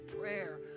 prayer